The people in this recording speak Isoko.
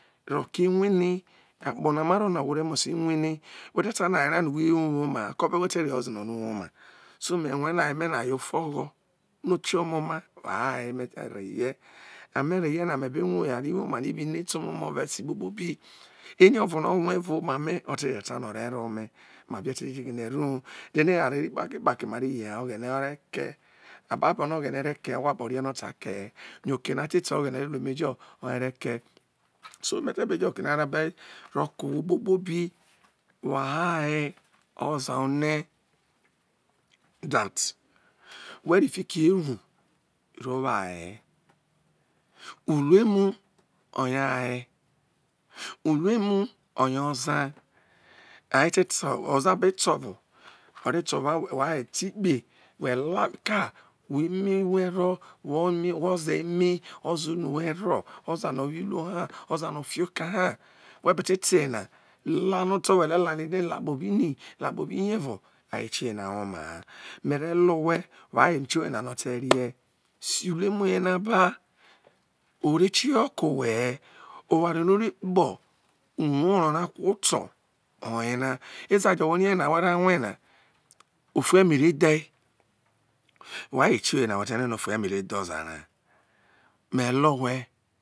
Ro̱ ke̱ ewene akpo mare na owo re̱ muse wene we̱ tu̱ ta no̱ aye ra no we wo woma ha kore wo te re ho ze no owome? So me̱ rue̱ no aye me na ofoo̱gho̱ no kie ho̱ ome̱ oma woho aye me̱ te reye yo̱ me̱re ye̱ na me̱ be rue̱ eware iwoma no ibi noi to ome̱ oma evao esi kpokpobi eri u̱vo na u̱ rue̱ evao oma me̱ ote je ta no̱ o̱re reho ome̱ then eware ro̱ kpakrekpre mare ye̱ oghene ore ke ha awho akpo a ru ta ke he yo oke na te te no oghene re ke so me te be jo oke na ro me te be jo oke na ro bai ko̱ owho kpokpobi woho aye oza one that we ro tiki eru ro wo aye he uremu oye ho aye uruemu oye ho o̱ za aye te o̱za be to o̱ vo ore ta ovo ha we aqe aye ta ikpe wo la eka we eme we ro wo oza eme oze unu wero ono wo iruo la no to no kpo bi ini la kpo bo ini evo utio ye na woma ha mure lowe we aye tioyena te rie sio uluemu eye na be ore kioho ko we he oware no ore kpo uwo ro kuo to oye na eza jo̱ rie no̱ we̱ re̱ rue̱ na ofu e̱me re dhai we̱ aye tioyena we rie no ofu e̱me re dhe oza ra me lo we